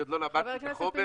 הוא עוד לא למד את הנושא וכולי.